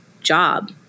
job